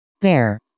bear